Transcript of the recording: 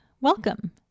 welcome